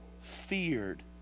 feared